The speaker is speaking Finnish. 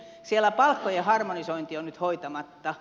siellä palkkojen harmonisointi on nyt hoitamatta